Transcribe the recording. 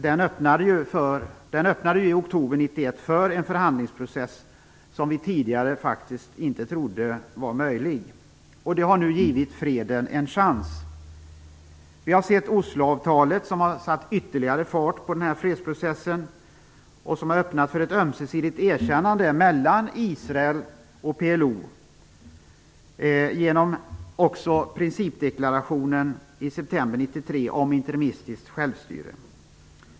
Den öppnade i oktober 1991 för en förhandlingsprocess som vi tidigare inte trodde var möjlig. Det har nu givit freden en chans. Osloavtalet har satt ytterligare fart på fredsprocessen och öppnat för ett ömsesidigt erkännande mellan Israel och PLO genom principdeklarationen i september 1993 om interimistiskt självstyre.